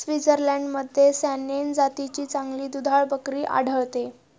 स्वित्झर्लंडमध्ये सॅनेन जातीची चांगली दुधाळ बकरी आढळते